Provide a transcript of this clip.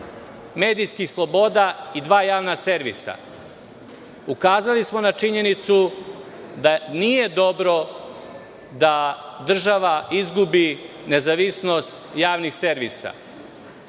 medijskih sloboda i dva javna servisa. Ukazali smo na činjenicu da nije dobro da država izgubi nezavisnost javnih servisa.